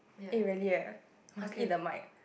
eh really eh must eat the mic